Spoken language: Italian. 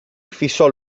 fissò